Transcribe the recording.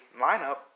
lineup